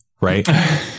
right